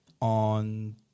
On